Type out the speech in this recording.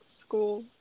school